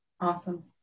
Awesome